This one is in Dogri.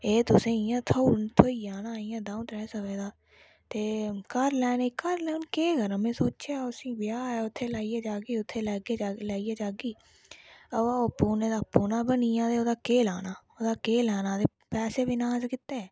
एह् तुसें इ'यां थ्होई जाना इ'यां द'ऊं त्रै सवें दा ते घर लैने घर हुन केह् करां में सोचेआ उसी ब्याह् ऐ उत्थै लाइयै जाह्गी उत्थै लेइयै जाह्गी अवा ओह् पूने दा पूना बनिया ते ओह्दा केह् लानै तेओह्दा केह् लानैपैसे बी नास कीते